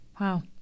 wow